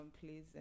please